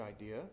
idea